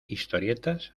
historietas